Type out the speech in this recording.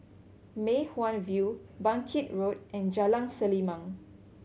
Mei Hwan View Bangkit Road and Jalan Selimang